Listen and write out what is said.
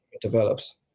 develops